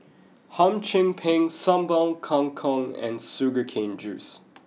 Hum Chim Peng Sambal Kangkong and Sugar Cane Juice